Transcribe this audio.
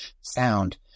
sound